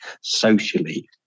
socially